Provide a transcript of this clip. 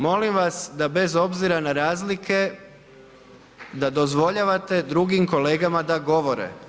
Molim vas da bez obzira na razlike da dozvoljavate drugim kolegama da govore.